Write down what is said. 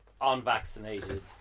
unvaccinated